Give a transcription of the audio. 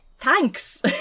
thanks